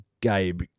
Gabe